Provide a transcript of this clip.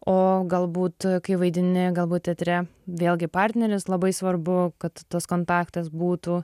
o galbūt kai vaidini galbūt teatre vėlgi partneris labai svarbu kad tas kontaktas būtų